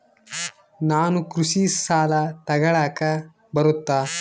ನಾನು ಕೃಷಿ ಸಾಲ ತಗಳಕ ಬರುತ್ತಾ?